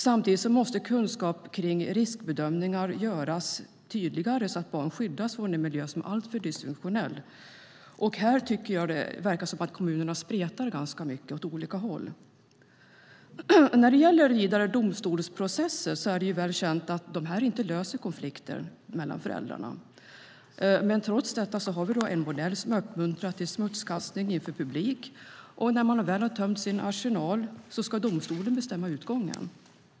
Samtidigt måste kunskapen om riskbedömningar göras tydligare så att barn skyddas från en miljö som är alltför dysfunktionell. Här verkar det som om kommunerna spretar ganska mycket åt olika håll. När det gäller domstolsprocesser är det väl känt att de inte löser konflikter mellan föräldrarna. Trots det har vi en modell som uppmuntrar till smutskastning inför publik, och när man väl tömt sin arsenal ska domstolen bestämma utgången.